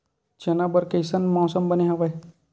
चना बर कइसन मौसम बने हवय?